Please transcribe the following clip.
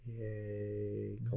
yay